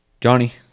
Johnny